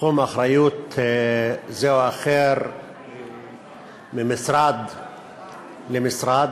תחום אחריות זה או אחר ממשרד למשרד.